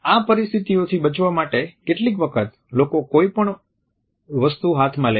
આ પરિસ્થિતિઓથી બચવા માટે કેટલીક વખત લોકો કોઈપણ વસ્તુ હાથમાં લે છે